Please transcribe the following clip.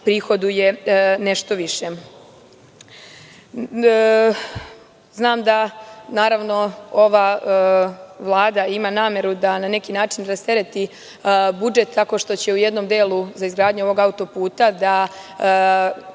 prihoduje nešto više. Znam, da ova Vlada ima nameru da na neki način rastereti budžet tako što će u jednom delu za izgradnju ovog autoputa da